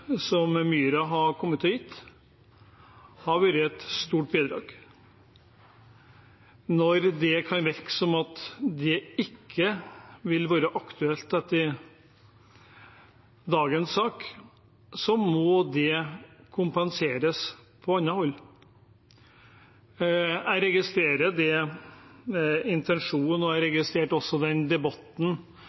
som myra har gitt, har vært et stort bidrag. Når det kan virke som om det ikke vil være aktuelt etter dagens sak, må det kompenseres på annet hold. Jeg registrerer intensjonen, og jeg registrerte også debatten